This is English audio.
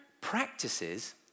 practices